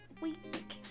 week